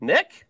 Nick